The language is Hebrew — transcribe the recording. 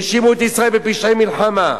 האשימו את ישראל בפשעי מלחמה,